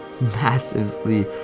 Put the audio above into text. massively